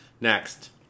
next